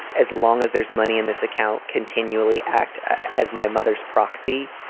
as long as there's money in this account, continually act as my mother's proxy.